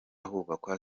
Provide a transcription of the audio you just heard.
hubakwa